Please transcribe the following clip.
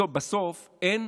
בסוף אין